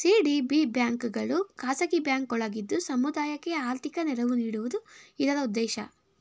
CDB ಬ್ಯಾಂಕ್ಗಳು ಖಾಸಗಿ bank ಒಳಗಿದ್ದು ಸಮುದಾಯಕ್ಕೆ ಆರ್ಥಿಕ ನೆರವು ನೀಡುವುದು ಇದರ ಉದ್ದೇಶ